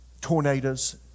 tornadoes